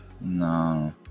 no